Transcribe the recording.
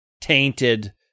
tainted